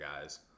guys